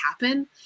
happen